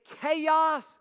chaos